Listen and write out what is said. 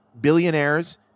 billionaires